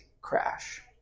crash